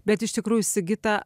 bet iš tikrųjų sigita